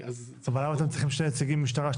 אבל למה אתם צריכים שני נציגי משטרה,